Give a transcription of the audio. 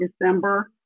December